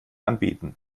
anbieten